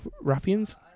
ruffians